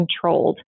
controlled